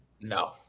no